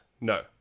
No